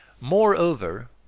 Moreover